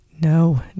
No